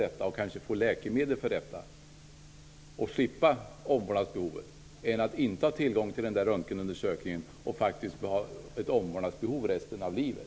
Då kan jag kanske få läkemedel för detta och slipper omvårdnadsbehovet. Jag menar att det är bättre än att inte ha tillgång till den där röntgenundersökningen och faktiskt ha ett omvårdnadsbehov resten av livet.